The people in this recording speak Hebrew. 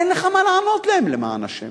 אין לך מה לענות להן, למען השם.